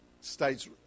states